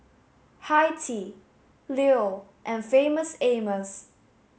Hi Tea Leo and Famous Amos